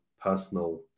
personal